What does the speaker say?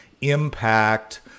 impact